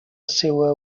seua